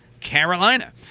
Carolina